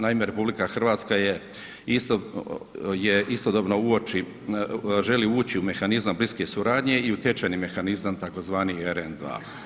Naime, RH je isto je istodobno uoči, želi ući u mehanizam bliske suradnje i u tečajni mehanizam tzv. RN2.